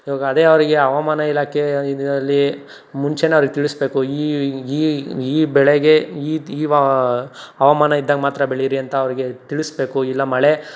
ಇವಾಗದೇ ಅವ್ರಿಗೆ ಹವಾಮಾನ ಇಲಾಖೆ ಇದರಲ್ಲಿ ಮುಂಚೆನೇ ಅವ್ರಿಗೆ ತಿಳಿಸ್ಬೇಕು ಈ ಈ ಈ ಬೆಳೆಗೆ ಈದ್ ಈವ ಹವಾಮಾನ ಇದ್ದಾಗ ಮಾತ್ರ ಬೆಳೀರಿ ಅಂತ ಅವ್ರಿಗೆ ತಿಳಿಸ್ಬೇಕು ಇಲ್ಲ ಮಳೆ